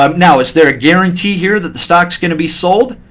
um now is there a guarantee here that the stock's going to be sold?